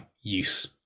use